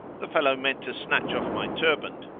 the fellow meant to snatch off my turband.